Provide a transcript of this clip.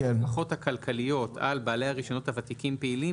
ההשלכות הכלכליות על בעלי הרישיונות הוותיקים פעילים